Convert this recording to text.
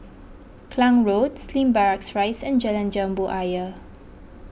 Klang Road Slim Barracks Rise and Jalan Jambu Ayer